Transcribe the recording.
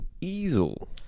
easel